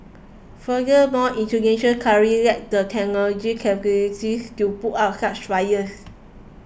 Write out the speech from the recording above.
furthermore Indonesia currently lacks the technological capabilities to put out such fires